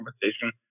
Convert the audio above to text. conversation